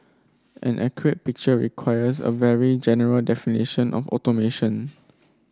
an accurate picture requires a very general definition of automation